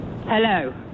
Hello